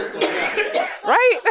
Right